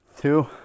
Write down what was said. two